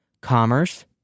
commerce